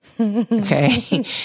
Okay